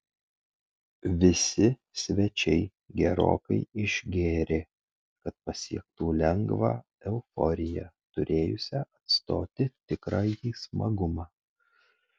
visi svečiai gerokai išgėrė kad pasiektų lengvą euforiją turėjusią atstoti tikrąjį smagumą